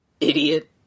Idiot